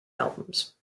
albums